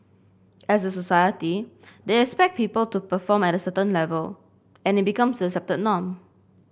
as a society they expect people to perform at a certain level and it becomes the accepted norm